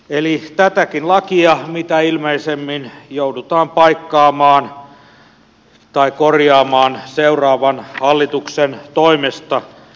eli tätäkin lakia mitä ilmeisimmin joudutaan paikkaamaan tai korjaamaan seuraavan hallituksen toimesta